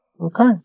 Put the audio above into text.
Okay